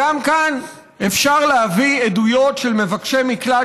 גם כאן אפשר להביא עדויות של מבקשי מקלט